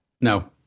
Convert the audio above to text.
No